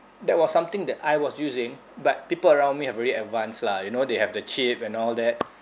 that was something that I was using but people around me are very advanced lah you know they have the chip and all that